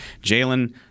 Jalen